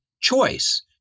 choice